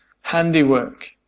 handiwork